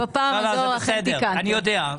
סליחה,